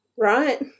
right